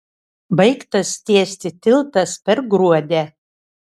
baigtas tiesti tiltas per gruodę